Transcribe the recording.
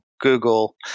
Google